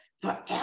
Forever